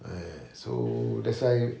!aiya! so that's why